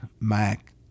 Mac